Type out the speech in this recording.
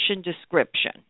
description